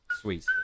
Sweet